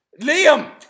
Liam